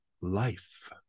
life